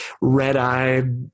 red-eyed